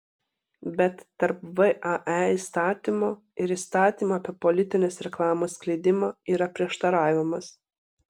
bet tarp vae įstatymo ir įstatymo apie politinės reklamos skleidimą yra prieštaravimas